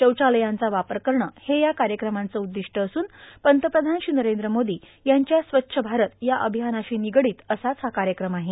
शौचालयांचा वापर करणं हे या कार्यक्रमांचं उद्दिष्ट असून पंतप्रधान श्री नरेंद्र मोदी यांच्या स्वच्छ भारत या अभियानाशी निगडीत असाच हा कार्यक्रम आहे